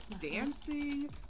dancing